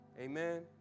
Amen